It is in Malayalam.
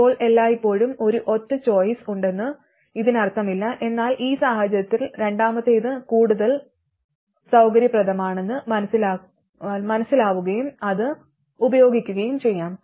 ഇപ്പോൾ എല്ലായ്പ്പോഴും ഒരു ഒറ്റ ചോയ്സ് ഉണ്ടെന്ന് ഇതിനർത്ഥമില്ല എന്നാൽ ഈ സാഹചര്യത്തിൽ രണ്ടാമത്തേത് കൂടുതൽ സൌകര്യപ്രദമാണെന്ന് മനസ്സിലാവുകയും അത് ഉപയോഗിക്കുകയും ചെയ്യാം